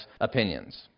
Opinions